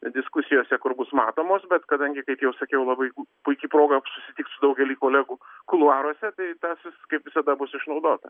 diskusijose kur bus matomos bet kadangi kaip jau sakiau labai puiki proga susitikt su daugelį kolegų kuluaruose tai tas kaip visada bus išnaudota